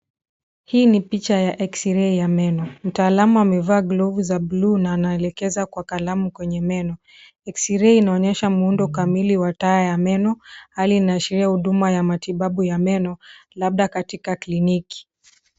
Hii ni picha ya x-ray ya meno, mtaalamu ameva glove za blue na anelekeza kwa kalamu kwenye meno, x-ray hii inaonyesha muundo kamili wa taa ya meno hali inaashiria huduma ya matibabu ya meno labda katika clinic .